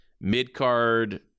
mid-card